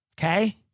Okay